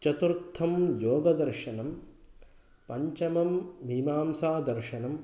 चतुर्थं योगदर्शनं पञ्चमं मीमांसादर्शनं